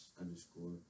underscore